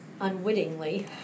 unwittingly